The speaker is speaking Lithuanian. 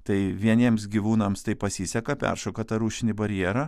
tai vieniems gyvūnams tai pasiseka peršoka tą rūšinį barjerą